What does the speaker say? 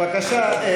מתנצל.